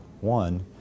one